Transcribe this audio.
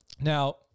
Now